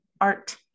Art